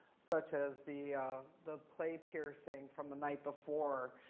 such as the the play piercing from the night before.